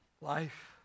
life